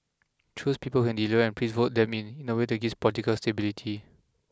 choose people who can deliver and please vote them in in a way that gives political stability